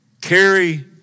Carry